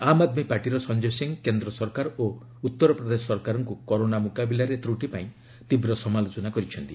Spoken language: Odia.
ଆମ୍ ଆଦ୍ମୀ ପାର୍ଟିର ସଂଜୟ ସିଂ କେନ୍ଦ୍ର ସରକାର ଓ ଉତ୍ତରପ୍ରଦେଶ ସରକାରଙ୍କୁ କରୋନା ମୁକାବିଲାରେ ତ୍ରଟି ପାଇଁ ତୀବ୍ର ସମାଲୋଚନା କରିଛନ୍ତି